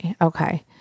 Okay